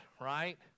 right